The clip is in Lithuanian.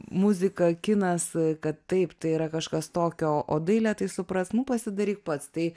muzika kinas kad taip tai yra kažkas tokio o dailė tai suprask nu pasidaryk pats tai